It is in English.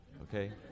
okay